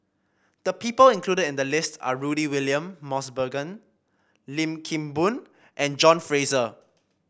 the people included in the list are Rudy William Mosbergen Lim Kim Boon and John Fraser